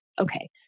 Okay